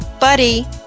Buddy